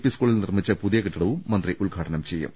P സ്കൂളിൽ നിർമ്മിച്ച പുതിയ കെട്ടിടവും മന്ത്രി ഉദ്ഘാടനം ചെയ്യും